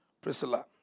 Priscilla